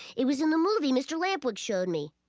it was in the movie mr. lampwick showed me.